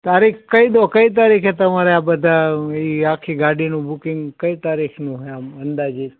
તારીખ કહી દો એ કઈ તારીખે તમારે આ બધા એ આખી ગાડીનું બુકિંગ કઈ તારીખનું છે આમ અંદાજીત